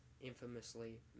infamously